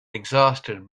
exhausted